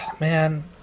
Man